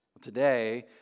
Today